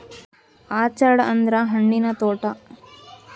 orchard ಅಂದ್ರ ಹಣ್ಣಿನ ತೋಟ